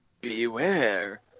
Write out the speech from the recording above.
Beware